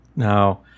now